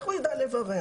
איך הוא ידע לברר?